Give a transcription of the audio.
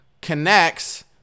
connects